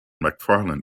mcfarlane